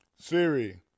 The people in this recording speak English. Siri